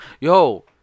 yo